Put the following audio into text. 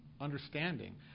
understanding